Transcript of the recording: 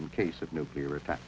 in case of nuclear attack